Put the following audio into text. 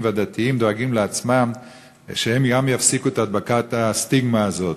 ודתיים דואגים לעצמם להפסיק את הדבקת הסטיגמה הזאת.